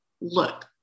look